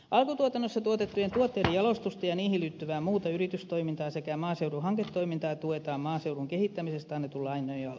alkutuotannossa tuotettujen tuotteiden jalostusta ja niihin liittyvää muuta yritystoimintaa sekä maaseudun hanketoimintaa tuetaan maaseudun kehittämisestä annetun lain nojalla